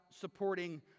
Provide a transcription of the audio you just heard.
supporting